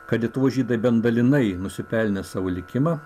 kad lietuvos žydai bent dalinai nusipelnė savo likimą